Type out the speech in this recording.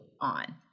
on